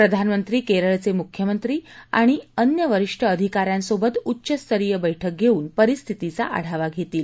प्रधानमंत्री केरळचे मुख्यमंत्री आणि अन्य वरिष्ठ अधिकाऱ्यांसोबत उच्चस्तरीय बैठक घेऊन परिस्थितीचा आढावा घेतील